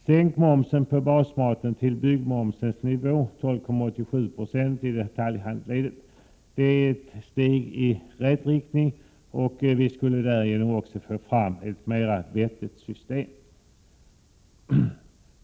Sänk momsen på basmaten till byggmomsens nivå, 12,87 9e,idetaljhandelsledet! Det skulle vara ett steg i rätt riktning mot ett mera vettigt system.